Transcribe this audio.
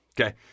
Okay